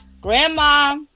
Grandma